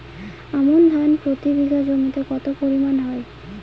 আমন ধান প্রতি বিঘা জমিতে কতো পরিমাণ হয়?